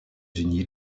unis